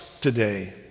today